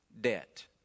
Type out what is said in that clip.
debt